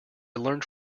learnt